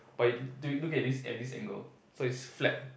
but you do look at this at this angle so it's flat